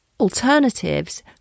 alternatives